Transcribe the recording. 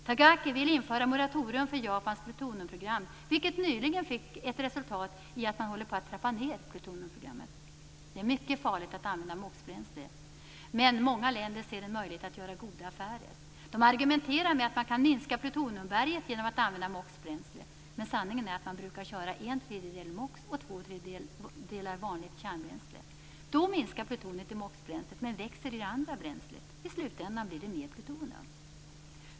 Tagaki vill införa moratorium för Japans plutoniumprogram, vilket nyligen resulterade i att man håller på att trappa ned plutoniumprogrammet. Det är mycket farligt att använda MOX-bränsle, men många länder ser här en möjlighet att göra goda affärer. De argumenterar med att man kan minska plutoniumberget genom att använda MOX-bränsle. Men sanningen är att man brukar köra med en tredjedel MOX och två tredjedelar vanligt kärnbränsle. Då minskar plutoniet i MOX-bränslet, men växer i det andra bränslet. I slutänden blir det mer plutonium.